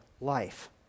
life